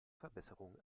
verbesserung